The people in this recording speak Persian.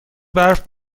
برف